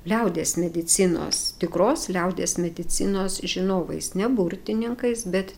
liaudies medicinos tikros liaudies medicinos žinovais ne burtininkais bet